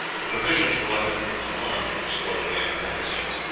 the provisions brought in from the farms were stored away in the magazines.